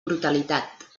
brutalitat